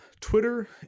Twitter